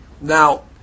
Now